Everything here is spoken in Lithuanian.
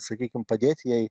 sakykim padėti jai